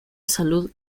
salud